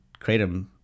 kratom